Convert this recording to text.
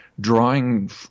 drawing